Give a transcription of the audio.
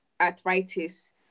arthritis